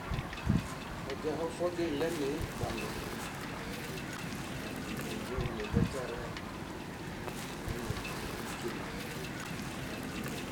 Oźiaho foźiɭemi banźũ, níɭeġu niɭetiare gíne.